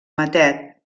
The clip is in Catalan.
matet